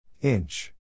Inch